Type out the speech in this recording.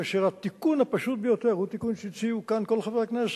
כאשר התיקון הפשוט ביותר הוא תיקון שהציעו כאן כל חברי הכנסת,